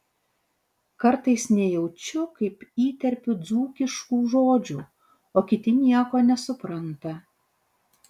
kartais nejaučiu kaip įterpiu dzūkiškų žodžių o kiti nieko nesupranta